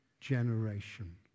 generation